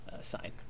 sign